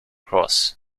cross